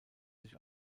sich